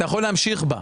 אתה יכול להמשיך בה.